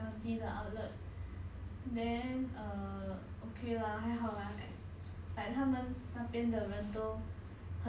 then 就 okay lor clementi 有没有 then 他讲 err 有 so in the end 我去 like clementi 的 outlet